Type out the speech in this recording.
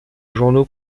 journaux